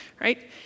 right